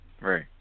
Right